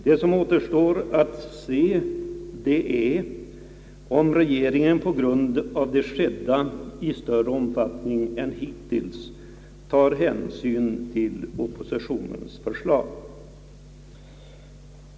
Det som återstår att se är om regeringen på grund av det skedda i större omfattning än hittills kommer att ta hänsyn till oppositionens förslag.